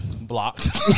Blocked